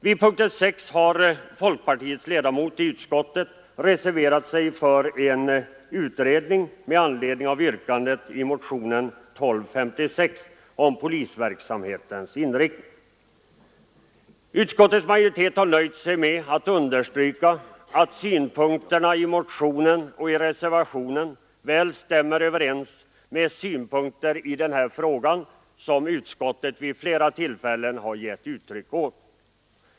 Vid punkten 6 har folkpartiets representant i utskottet reserverat sig för en utredning med anledning av yrkandet i motionen 1256 om polisverksamhetens inriktning. Utskottets majoritet har nöjt sig med att understryka att synpunkterna i motionen väl stämmer överens med synpunkter på denna fråga som utskottet vid flera tillfällen har givit uttryck åt.